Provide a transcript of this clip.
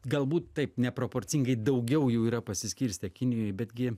galbūt taip neproporcingai daugiau jų yra pasiskirstę kinijoj betgi